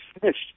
finished